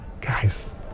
Guys